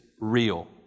real